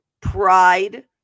Pride